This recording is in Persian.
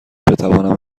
بتوانم